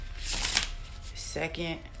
second